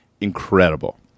Incredible